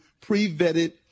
pre-vetted